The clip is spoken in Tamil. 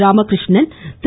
ராமகிருஷ்ணன் திரு